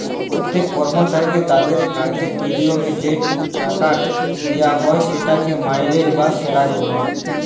প্যত্তেক কর্মচারীকে তাদের কাজের বিলিময়ে যে টাকাট দিয়া হ্যয় সেটকে মাইলে বা স্যালারি ব্যলে